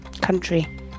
country